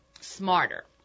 smarter